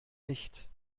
nicht